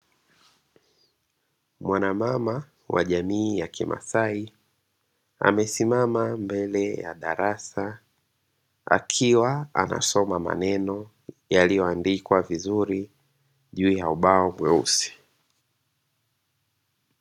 Mwana mama wa jamii ya kimaasai amesimama mbele ya darasa akiwa anasoma maneno yaliyoandikwa vizuri juu ya ubao mweusi.